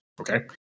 okay